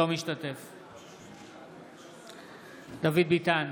אינו משתתף בהצבעה דוד ביטן,